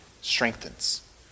strengthens